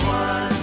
one